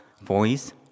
voice